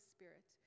Spirit